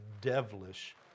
devilish